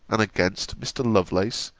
and against mr. lovelace,